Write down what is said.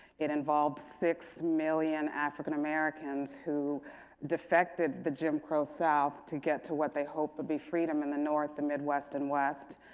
it involved six million african americans who defected the jim crow south to get to what they hoped would be freedom in the north, the midwest, and west.